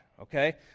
okay